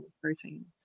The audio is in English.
proteins